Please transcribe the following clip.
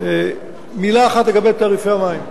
מלה אחת לגבי תעריפי המים.